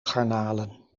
garnalen